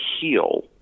heal